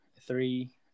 three